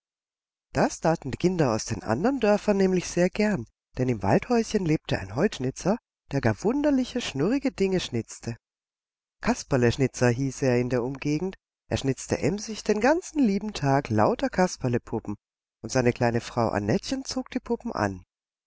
das taten die kinder aus den andern dörfern nämlich sehr gern denn im waldhäuschen lebte ein holzschnitzer der gar wunderliche schnurrige dinge schnitzte kasperleschnitzer hieß er in der umgegend er schnitzte emsig den ganzen lieben tag lauter kasperlepuppen und seine kleine frau annettchen zog die puppen an